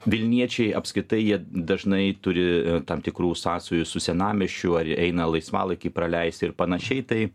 vilniečiai apskritai jie dažnai turi tam tikrų sąsajų su senamiesčiu ar eina laisvalaikį praleisti ir panašiai tai